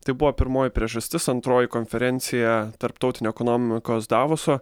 tai buvo pirmoji priežastis antroji konferencija tarptautinė ekonomikos davoso